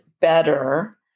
better